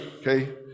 okay